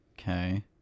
okay